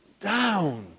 down